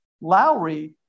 Lowry